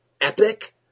epic